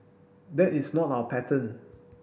that is not our pattern